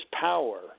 power